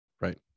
Right